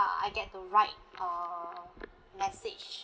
ya I get to write a message